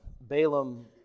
Balaam